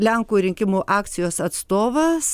lenkų rinkimų akcijos atstovas